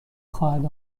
خواهد